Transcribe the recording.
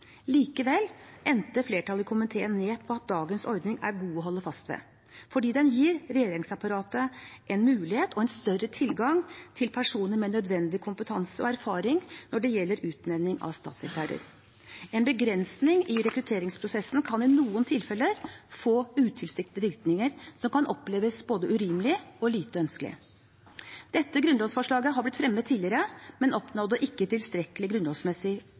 Likevel landet flertallet i komiteen på at dagens ordning er god å holde fast ved, fordi den gir regjeringsapparatet mulighet til en større tilgang til personer med nødvendig kompetanse og erfaring ved utnevning av statssekretærer. En begrensning i rekrutteringsprosessen kan i noen tilfeller få utilsiktede virkninger som kan oppleves både urimelige og lite ønskelige. Dette grunnlovsforslaget har blitt fremmet tidligere, men oppnådde ikke tilstrekkelig grunnlovsmessig